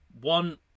one